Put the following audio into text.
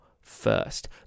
first